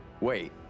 wait